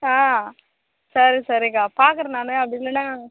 ஆ சரி சரிக்கா பார்க்குறேன் நானு அப்படி இல்லைன்னா